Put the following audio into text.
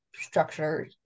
structure